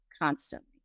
constantly